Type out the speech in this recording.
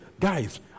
guys